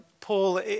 Paul